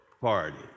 party